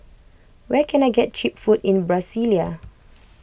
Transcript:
where can I get Cheap Food in Brasilia